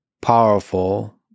powerful